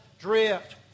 drift